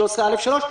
13(א)(3).